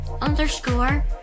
underscore